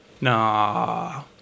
Nah